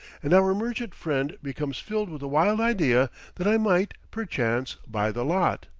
and our merchant friend becomes filled with a wild idea that i might, perchance, buy the lot.